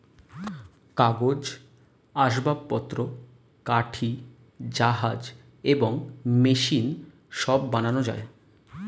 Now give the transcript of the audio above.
কাগজ, আসবাবপত্র, কাঠি, জাহাজ এবং মেশিন সব বানানো যায়